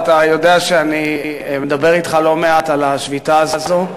אתה יודע שאני מדבר אתך לא מעט על השביתה הזאת.